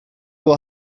will